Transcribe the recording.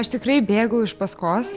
aš tikrai bėgau iš paskos